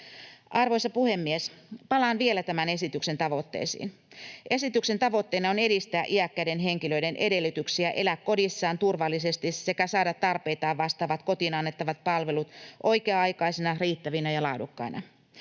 Arvoisa puhemies! Palaan vielä tämän esityksen tavoitteisiin. Esityksen tavoitteena on edistää iäkkäiden henkilöiden edellytyksiä elää kodissaan turvallisesti sekä saada tarpeitaan vastaavat kotiin annettavat palvelut oikea-aikaisena, riittävinä ja laadukkaina.